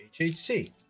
HHC